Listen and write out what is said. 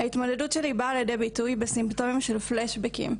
ההתמודדות שלי באה לידי ביטוי בסימפטומים של פלאשבקים,